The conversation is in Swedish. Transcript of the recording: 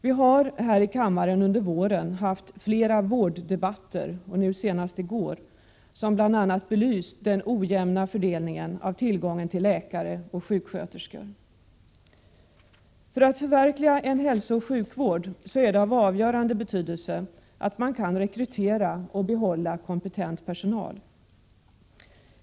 Vi har här i kammaren under våren haft flera vårddebatter, senast i går, som bl.a. belyst den ojämna fördelningen av tillgången till läkare och sjuksköterskor. För att förverkliga en hälsooch sjukvård är det av avgörande betydelse att man kan rekrytera och behålla kompetent personal.